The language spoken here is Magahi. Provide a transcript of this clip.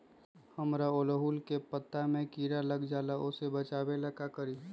हमरा ओरहुल के पत्ता में किरा लग जाला वो से बचाबे ला का करी?